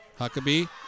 Huckabee